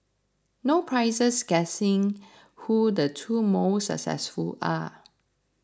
no prizes guessing who the two most successful are